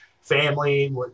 family